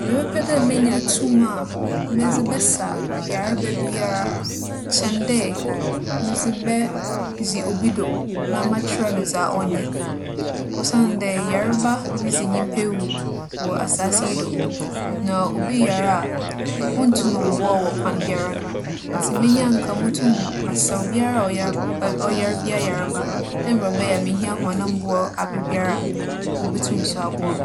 Mebɛpɛ dɛ menya tum a medze bɛsa yarba biara kyɛn dɛ medze bedzi obi do na makyerɛ no dza ͻnyɛ. Osiandɛ, yarba ridzi nyimpa ewu wͻ asaase yi do. Na obi yar a, onntum mmboa wo wͻ kwan biara do. Ntsi menya a nka motum masa obi a ͻyar - ͻyar biara yarba, dɛ mbrɛ ͻbɛyɛ a, mihia hͻn mboa aberbiara a, wobotum so aboa me.